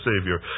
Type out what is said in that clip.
Savior